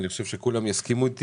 ואני חושב שכולם יסכימו איתי